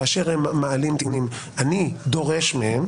כאשר הם מעלים טיעונים אני דורש מהם,